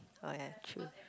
oh ya true